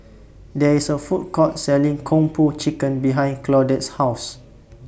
There IS A Food Court Selling Kung Po Chicken behind Claudette's House